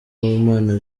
uwimana